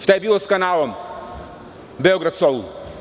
Šta je bilo sa kanalom Beograd – Solun?